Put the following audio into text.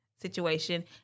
situation